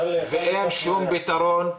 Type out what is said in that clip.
אין להם שום פתרון.